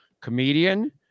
comedian